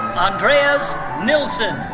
andreas nilsson.